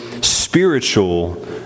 spiritual